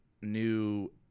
new